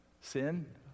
sin